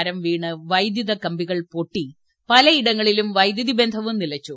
മരം വീണ് വൈദ്യുത കമ്പികൾ പൊട്ടി പലയിടങ്ങളിലും വൈദ്യുതി ബന്ധവും നിലച്ചു